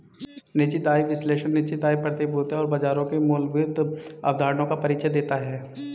निश्चित आय विश्लेषण निश्चित आय प्रतिभूतियों और बाजारों की मूलभूत अवधारणाओं का परिचय देता है